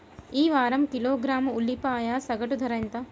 ఈ వారం కిలోగ్రాము ఉల్లిపాయల సగటు ధర ఎంత?